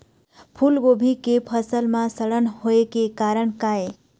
फूलगोभी के फसल म सड़न होय के लक्षण का ये?